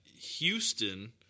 Houston